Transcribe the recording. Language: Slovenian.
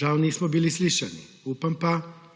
Žal nismo bili slišani. Upam pa,